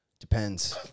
Depends